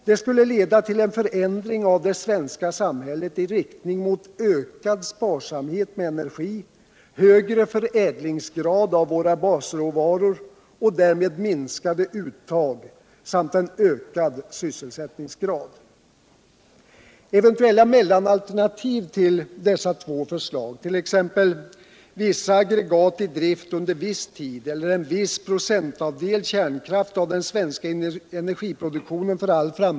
Det skulle leda till en förändring av det svenska samhället 1 riktning mot ökad sparsamhet med energi, högre förädlingsgrad av våra basråvaror och därmed minskade uttag samt en ökad sysselsättningsgrad. Herr talman!